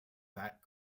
that